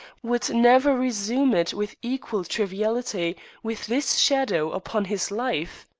would never resume it with equal triviality with this shadow upon his life.